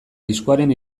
diskoaren